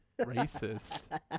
Racist